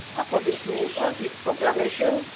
according to this proclamation,